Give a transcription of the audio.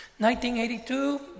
1982